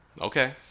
Okay